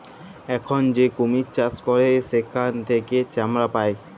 এখল যে কুমির চাষ ক্যরে সেখাল থেক্যে চামড়া পায়